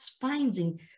finding